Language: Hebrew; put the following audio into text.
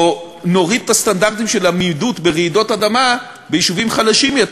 או שנוריד את הסטנדרטים של עמידות ברעידות אדמה ביישובים חלשים יותר,